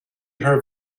her